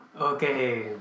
Okay